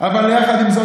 אבל יחד עם זאת,